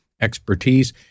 expertise